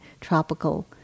tropical